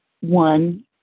one